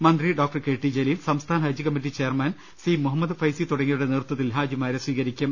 മന്ത്രി K T Jaleel സംസ്ഥാന ഹജ്ജ് committee chairman C Muhammad Faizy തുടങ്ങിയ വരുടെ നേതൃത്വത്തിൽ ഹാജിമാരെ സ്വീകരിക്കും